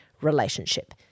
relationship